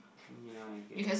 ya I guess